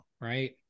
right